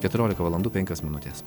keturiolika valandų penkios minutės